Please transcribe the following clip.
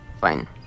Fine